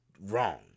wrong